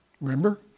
Remember